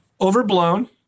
overblown